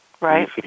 Right